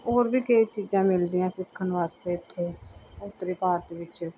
ਹੋਰ ਵੀ ਕਈ ਚੀਜ਼ਾਂ ਮਿਲਦੀਆਂ ਸਿੱਖਣ ਵਾਸਤੇ ਇੱਥੇ ਉਤੱਰੀ ਭਾਰਤ ਵਿੱਚ